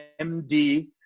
MD